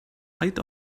height